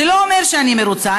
זה לא אומר שאני מרוצה.